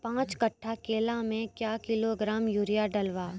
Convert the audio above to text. पाँच कट्ठा केला मे क्या किलोग्राम यूरिया डलवा?